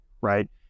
right